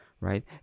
right